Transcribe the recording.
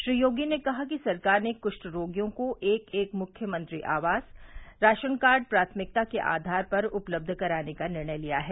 श्री योगी ने कहा कि सरकार ने कृष्ठ रोगियों को एक एक मुख्यमंत्री आवास राशनकार्ड प्राथमिकता के आधार पर उपलब्ध कराने का निर्णय लिया है